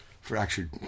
fractured